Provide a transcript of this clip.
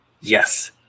Yes